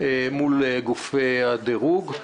מול גופי הדרוג.